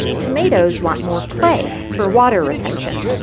tomatoes want more clay for water retention.